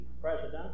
president